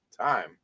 time